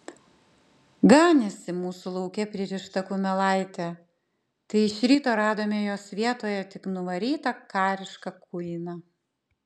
ganėsi mūsų lauke pririšta kumelaitė tai iš ryto radome jos vietoje tik nuvarytą karišką kuiną